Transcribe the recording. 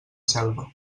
selva